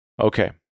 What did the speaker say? Okay